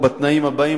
בתנאים הבאים,